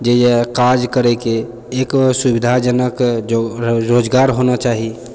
जे यऽ काज करैके एक सुविधाजनक जो रोजगार होना चाही